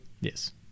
Yes